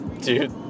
Dude